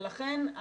ולכן,